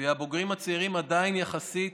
ובבוגרים הצעירים עדיין יחסית